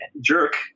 jerk